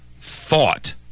thought